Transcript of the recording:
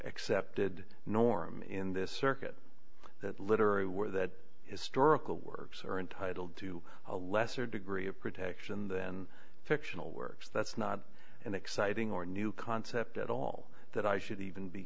accepted norm in this circuit that literary where that historical works are entitled to a lesser degree of protection then fictional works that's not an exciting or new concept at all that i should even be